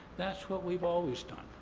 that's what we've always done.